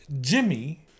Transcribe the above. Jimmy